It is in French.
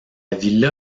villa